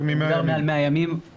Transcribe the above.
מעל 100 ימים,